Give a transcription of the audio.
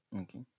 Okay